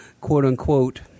quote-unquote